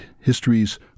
histories